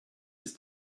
ist